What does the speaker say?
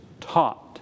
taught